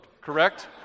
correct